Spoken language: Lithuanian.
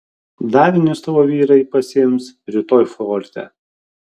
davinius tavo vyrai pasiims rytoj forte